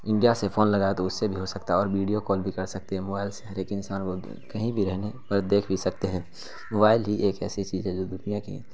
India سے phone لگائے تو اس سے بھی ہو سکتا ہے اور بیڈیو کال بھی کر سکتے ہیں موائل سے ہر ایک انسان وہ کہیں بھی رہنے پر دیکھ بھی سکتے ہیں موائل ہی ایک ایسی چیز ہے جو دنیا کی